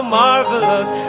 marvelous